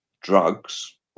drugs